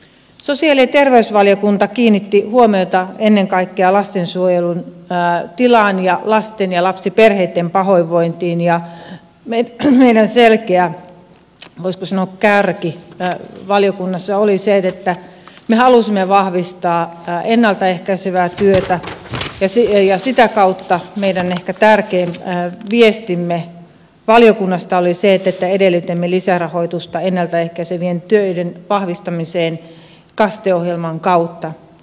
sosiaali ja terveysvaliokunta kiinnitti huomiota ennen kaikkea lastensuojelun tilaan ja lasten ja lapsiperheiden pahoinvointiin ja meidän selkeä voisiko sanoa kärkemme valiokunnassa oli se että me halusimme vahvistaa ennalta ehkäisevää työtä ja sitä kautta meidän ehkä tärkein viestimme valiokunnasta oli se että edellytimme lisärahoitusta ennalta ehkäisevien töiden vahvistamiseen kaste ohjelman kautta